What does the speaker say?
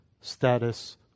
status